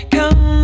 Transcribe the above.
Come